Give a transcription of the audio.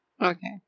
Okay